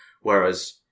whereas